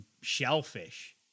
shellfish